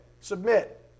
submit